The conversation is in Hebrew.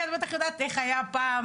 כי את בטח יודעת איך היה פעם,